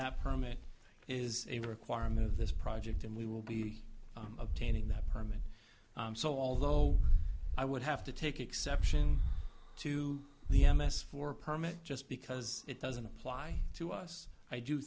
that permit is a requirement of this project and we will be obtaining that permit so although i would have to take exception to the m s four permit just because it doesn't apply to us i do